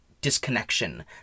disconnection